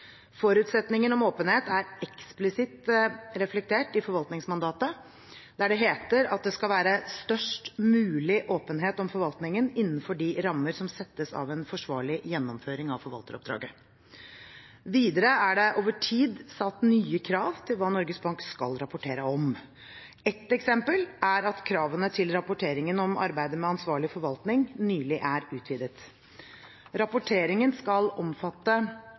Forutsetningen om åpenhet er eksplisitt reflektert i forvaltningsmandatet, der det heter at det skal være størst mulig åpenhet om forvaltningen innenfor de rammer som settes av en forsvarlig gjennomføring av forvalteroppdraget. Videre er det over tid satt nye krav til hva Norges Bank skal rapportere om. Ett eksempel er at kravene til rapporteringen om arbeidet med ansvarlig forvaltning nylig er utvidet. Rapporteringen skal omfatte